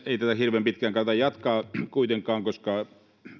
ei tätä hirveän pitkään kannata jatkaa kuitenkaan koska